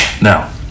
Now